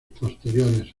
posteriores